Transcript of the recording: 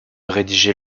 rédiger